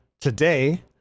Today